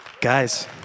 Guys